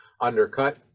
undercut